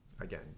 Again